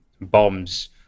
bombs